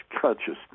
consciousness